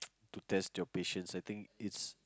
to test your patience I think it's